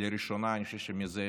לראשונה זה 20